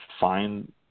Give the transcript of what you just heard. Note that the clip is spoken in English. find